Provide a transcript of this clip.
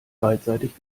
beidseitig